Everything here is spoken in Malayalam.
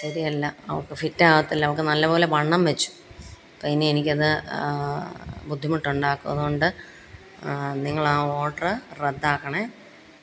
ശരിയല്ല അവൾക്ക് ഫിറ്റാകത്തില്ല അവൾക്ക് നല്ലപോലെ വണ്ണം വച്ചു അപ്പം ഇനി എനിക്കത് ബുദ്ധിമുട്ടുണ്ടാക്കും അതുകൊണ്ട് നിങ്ങളാ ഓഡറ് റദ്ദാക്കണേ